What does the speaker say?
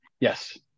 Yes